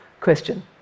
question